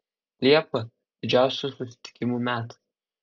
liepa didžiausių susitikimų metas